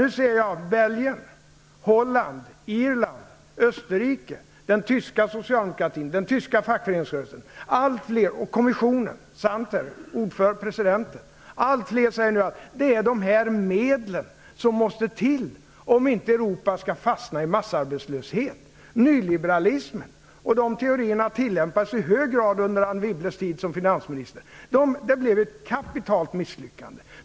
Nu noterar jag hur Belgien, Holland, Irland och Österrike samt den tyska socialdemokratin och den tyska fackföreningsrörelsen, och även kommissionen och dess ordförande Santer - ja, allt fler - säger att det är de här medlen som måste till för att Europa inte skall fastna i massarbetslöshet. Nyliberalismen och de teorierna tillämpades i hög grad under Anne Wibbles tid som finansminister. Men det blev ett kapitalt misslyckande.